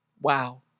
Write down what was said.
Wow